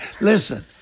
Listen